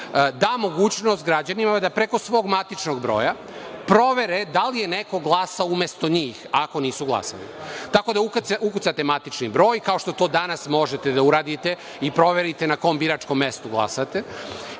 da mogućnost građanima da preko svog matičnog broja provere da li je neko glasao umesto njih, ako nisu glasali. Tako da ukucate matični broj, kao što to danas možete da uradite i proverite na kom biračkom mestu glasate,